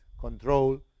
control